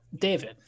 David